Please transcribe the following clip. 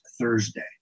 Thursday